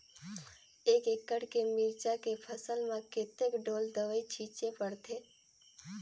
एक एकड़ के मिरचा के फसल म कतेक ढोल दवई छीचे पड़थे?